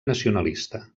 nacionalista